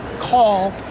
call